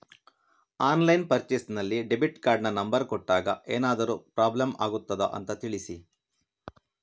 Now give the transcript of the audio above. Online purchase ನಲ್ಲಿ debit ಕಾರ್ಡಿನ number ಕೊಟ್ಟಾಗ ಏನಾದರೂ ಪ್ರಾಬ್ಲಮ್ ಆಗುತ್ತದ ಅಂತ ತಿಳಿಸಿ?